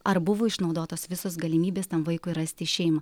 ar buvo išnaudotos visos galimybės tam vaikui rasti šeimą